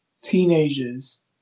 teenagers